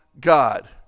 God